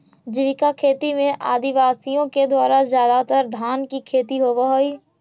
जीविका खेती में आदिवासियों के द्वारा ज्यादातर धान की खेती होव हई